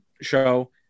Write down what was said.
show